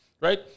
right